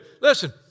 Listen